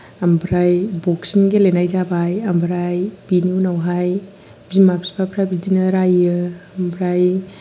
ओमफ्राय बक्सिं गेलेनाय जाबाय ओमफ्राय बिनि उनावहाय बिमा बिफाफोरा बिदिनो रायो ओमफ्राय